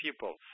people